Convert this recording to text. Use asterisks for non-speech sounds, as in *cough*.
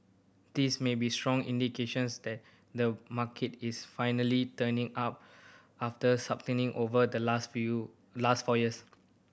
this may be strong indications that the market is finally turning up after *unintelligible* over the last few last four years